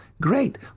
Great